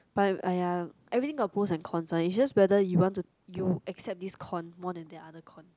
but !aiya! everything got pros and cons one it's just whether you want to you accept this con more than other con